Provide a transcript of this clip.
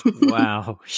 Wow